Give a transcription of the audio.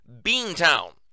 Beantown